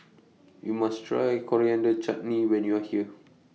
YOU must Try Coriander Chutney when YOU Are here